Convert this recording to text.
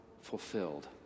fulfilled